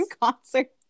concert